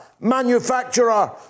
manufacturer